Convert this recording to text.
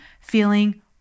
feeling